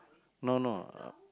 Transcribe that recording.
no no